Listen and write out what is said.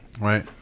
right